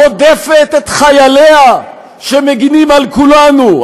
רודפת את חייליה שמגינים על כולנו,